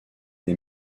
des